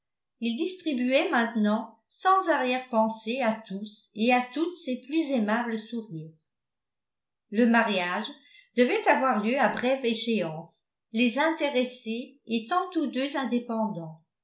il distribuait maintenant sans arrière-pensée à tous et à toutes ses plus aimables sourires le mariage devait avoir lieu à brève échéance les intéressés étant tous deux indépendants